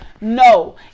No